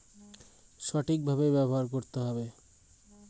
Credit card পাওয়ার জন্য কি কি শর্ত পূরণ করতে হবে?